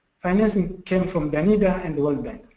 financing came from danida and world bank.